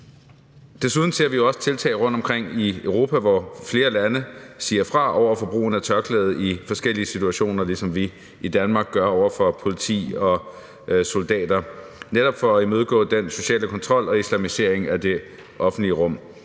Desuden ser vi også tiltag rundtomkring i Europa, hvor flere lande siger fra over for brugen af tørklædet i forskellige situationer, ligesom vi i Danmark gør i forhold til politifolk og soldater – netop for at imødegå den sociale kontrol og islamisering af det offentlige rum.